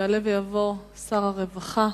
יעלה ויבוא שר הרווחה,